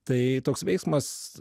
tai toks veiksmas